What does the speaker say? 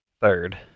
third